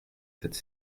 cette